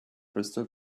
crystal